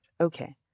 okay